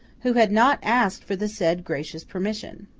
who had not asked for the said gracious permission.